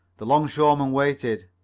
the longshoreman waited.